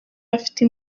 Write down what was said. afite